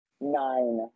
Nine